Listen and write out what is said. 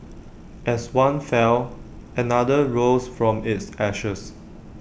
as one fell another rose from its ashes